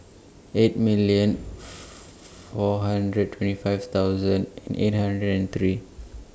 eight million four hundred twenty five thousand eight hundred and three